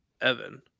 Evan